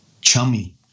chummy